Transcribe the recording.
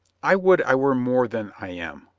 i would i were more than i am,